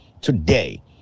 Today